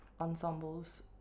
ensembles